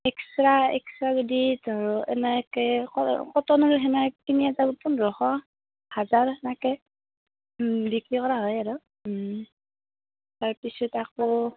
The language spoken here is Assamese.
একস্ট্ৰা একস্ট্ৰা যদি এনেকে কটনৰ তেনেকে তিনি হাজাৰ পোন্ধৰশ হাজাৰ তেনেকে বিক্ৰী কৰা হয় আৰু তাৰপিছত আকৌ